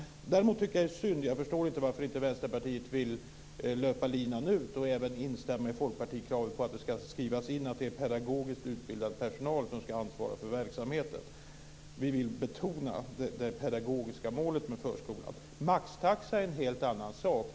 Däremot tycker jag det är synd, och jag förstår inte varför, att inte Vänsterpartiet vill löpa linan ut och även instämma i folkpartikravet att det ska skrivas in att det är pedagogiskt utbildad personal som ska ansvara för verksamheten. Vi vill betona det pedagogiska målet med förskolan. Maxtaxa är en helt annan sak.